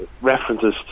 references